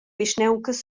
vischnauncas